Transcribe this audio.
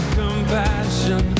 compassion